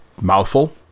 mouthful